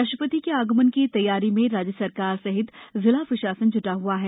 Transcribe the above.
राष्ट्रपति के आगमन की तैयारी में राज्य सरकार सहित जिला प्रशासन जुटा हुआ है